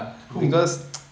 who